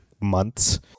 months